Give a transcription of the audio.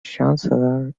chancellor